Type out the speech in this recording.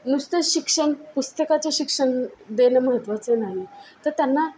नुसतं शिक्षण पुस्तकाचे शिक्षण देणं महत्वाचं नाही तर त्यांना